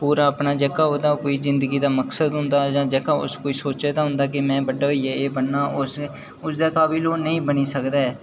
पूरा जेह्का ओह्दा अपना कोई जिंदगी दा मक्सद होंदा जां उस जेह्का कोई सोचे दा होंदा कि में बड्डा होइयै एह् बनना ते उस दे काबिल ओह् नेईं बनी सकदा ऐ